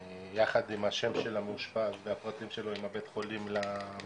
ביחד עם השם של המאושפז והפרטים שלו עם בית החולים למשטרה.